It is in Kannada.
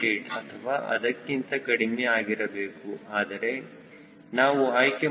8 ಅಥವಾ ಅದಕ್ಕಿಂತ ಕಡಿಮೆ ಆಗಿರಬೇಕು ಆದರೆ ನಾವು ಆಯ್ಕೆ ಮಾಡುತ್ತಿರುವುದು 97